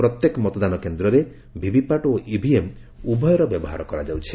ପ୍ରତ୍ୟେକ ମତଦାନ କେନ୍ଦ୍ରରେ ଭିଭିପାଟ୍ ଓ ଇଭିଏମ୍ ଉଭୟର ବ୍ୟବହାର କରାଯାଉଛି